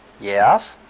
Yes